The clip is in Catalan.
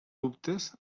dubtes